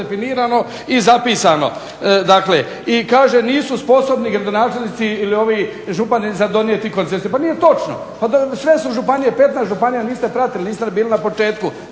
definirano i zapisano. I kaže nisu sposobni gradonačelnici ili župani za donijeti koncesiju, pa nije točno, sve su županije, 15 županija, niste bili na početku,